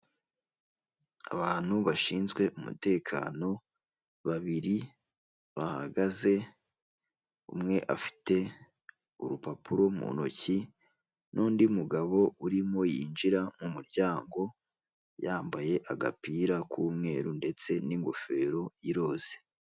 Abantu bashinzwe umutekano babiri bahagaze, umwe afite urupapuro mu ntoki n'undi mugabo urimo yinjira mu muryango yambaye agapira k'umweru ndetse n'ingofero iroza.